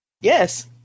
Yes